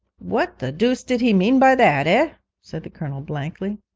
what the dooce did he mean by that, ah said the colonel, blankly.